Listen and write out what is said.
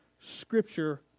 scripture